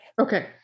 Okay